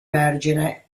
vergine